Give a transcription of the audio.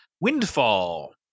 windfall